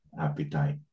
appetite